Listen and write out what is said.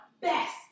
best